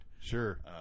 sure